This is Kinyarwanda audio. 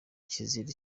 kizira